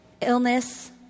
illness